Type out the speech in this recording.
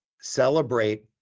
celebrate